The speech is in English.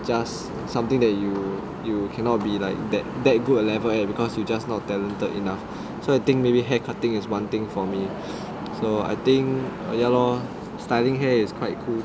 just something that you you cannot be like that that good at level because you just not talented enough so I think maybe hair cutting is one thing for me so I think ya lor studying here is quite cool